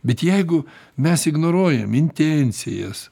bet jeigu mes ignoruojam intencijas